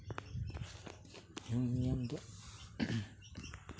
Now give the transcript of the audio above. ᱫᱚ